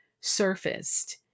surfaced